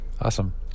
Awesome